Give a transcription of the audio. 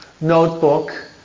notebook